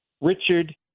Richard –